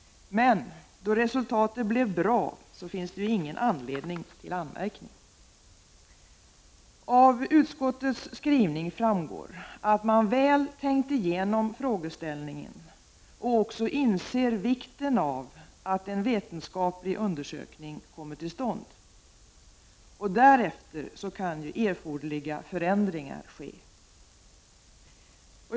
Men då resultatet blev bra, finns det ingen anledning till anmärkning. Av utskottets skrivning framgår att man väl tänkt igenom frågeställningen och också inser vikten av att en vetenskaplig undersökning kommer till stånd. Därefter kan erforderliga förändringar ske.